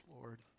Lord